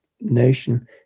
nation